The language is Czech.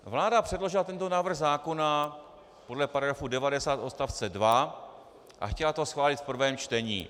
Vláda předložila tento návrh zákona podle § 90 odst. 2 a chtěla to schválit v prvém čtení.